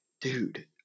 dude